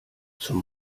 zum